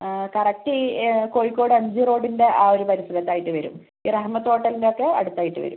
correct ഈ Kozhikode M G റോഡിൻ്റെ ആ ഒരു പരിസരത്തായിട്ട് വരും ഈ റഹ്മത്തു ഹോട്ടലിൻ്റെയൊക്കേ അടുത്തായിട്ട് വരും